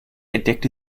entdeckt